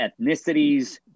ethnicities